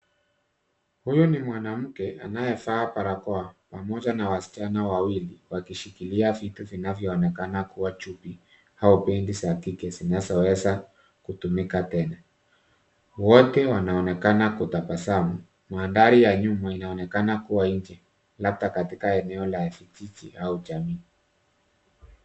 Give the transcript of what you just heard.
Huyu ni mwanamke anayevaa barakoa pamoja na wasichana wawili, wakishikilia vitu vinavyoonekana kuwa chupi au bendi za kike zinazoweza kutumika tena. Wote wanaonekana kutabasamu. Mandhari ya nyuma inaonekana kuwa nje, labda katika eneo la vijiji au jamii.